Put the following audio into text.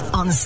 on